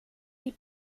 die